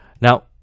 Now